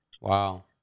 Wow